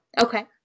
Okay